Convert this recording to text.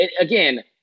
again